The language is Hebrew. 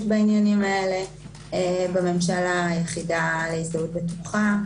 בעניינים האלה בממשלה היחידה להזדהות בטוחה.